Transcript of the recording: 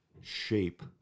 shape